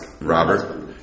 Robert